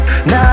Now